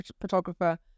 photographer